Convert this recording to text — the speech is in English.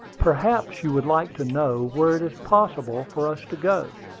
perhaps you would like to know where it is possible for us to go,